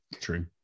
true